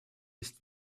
ist